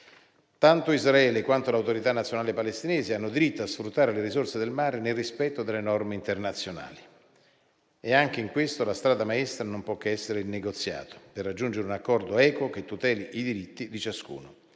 Tanto Israele quanto l'Autorità nazionale palestinese hanno diritto a sfruttare le risorse del mare nel rispetto delle norme internazionali, e anche in questo la strada maestra non può che essere il negoziato per raggiungere un accordo equo che tuteli i diritti di ciascuno.